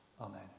Amen